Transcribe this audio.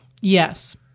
Yes